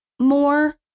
more